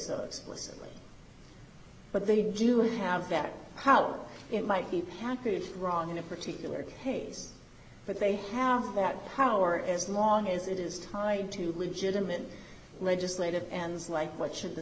so explicitly but they do have that how it might be packaged wrong in a particular case but they have that power as long as it is tied to legitimate legislative and it's like what should the